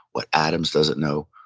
what adams doesn't know,